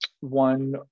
one